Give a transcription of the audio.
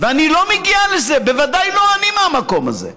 ואני לא מגיע לזה, ודאי לא אני, מהמקום הזה.